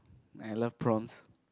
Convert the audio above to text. I love prawns